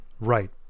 right